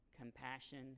compassion